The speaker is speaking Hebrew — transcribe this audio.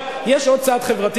יש עוד צעד חברתי,